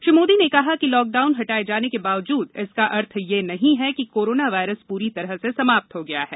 श्री मोदी ने कहा कि लॉकडाउन हटाए जाने के बावजूद इसका अर्थ यह नही कि कोरोना वायरस पूरी तरह समाप्त हो गया है